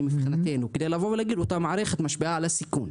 מבחינתנו כדי לבוא ולהגיד: אותה מערכת משפיעה על הסיכון.